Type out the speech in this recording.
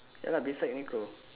ya lah beside Uniqlo